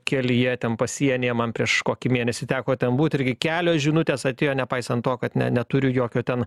kelyje ten pasienyje man prieš kokį mėnesį teko ten būti irgi kelios žinutės atėjo nepaisant to kad ne neturiu jokio ten